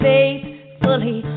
Faithfully